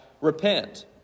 repent